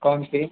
कौन सी